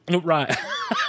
Right